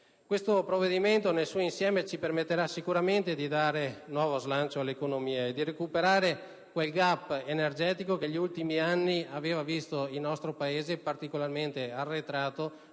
nostro esame, nel suo insieme, ci permetterà certamente di dare nuovo slancio all'economia e di recuperare quel *gap* energetico che, negli ultimi anni, aveva visto il nostro Paese particolarmente arretrato